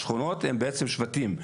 השכונות הן בעצם שבטים,